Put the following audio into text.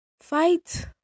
fight